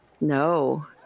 no